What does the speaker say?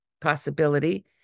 possibility